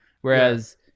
Whereas